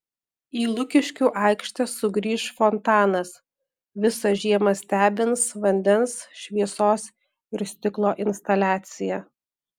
į lukiškių aikštę sugrįš fontanas visą žiemą stebins vandens šviesos ir stiklo instaliacija